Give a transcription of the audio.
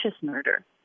murder